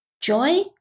Joy